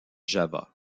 java